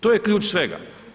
To je ključ svega.